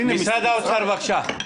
משרד האוצר, בבקשה.